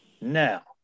Now